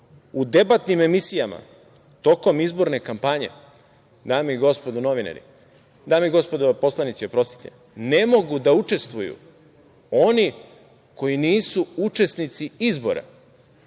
u debatnim emisijama tokom izborne kampanje, dame i gospodo poslanici, ne mogu da učestvuju oni koji nisu učesnici izbora.